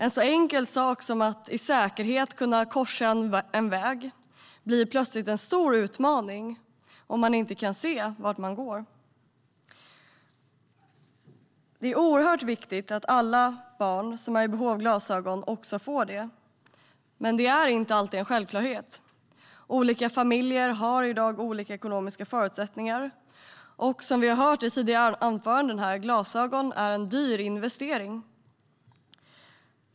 En så enkel sak som att säkert korsa en väg blir en stor utmaning om man inte kan se vart man går. Det är oerhört viktigt att alla barn som är i behov av glasögon också får det. Men det är inte alltid en självklarhet. Olika familjer har olika ekonomiska förutsättningar, och som vi har hört i tidigare anföranden är glasögon en dyr investering.